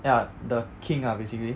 ya the king ah basically